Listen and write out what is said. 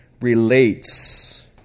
relates